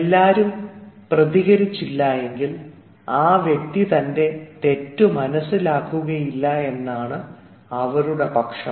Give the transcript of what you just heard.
എല്ലാരും പ്രതികരിച്ചില്ലെങ്കിൽ ആ വ്യക്തി തൻറെ തെറ്റ് മനസ്സിലാകില്ല എന്നാണ് അവരുടെ പക്ഷം